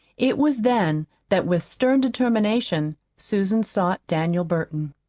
it was then that with stern determination susan sought daniel burton.